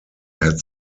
had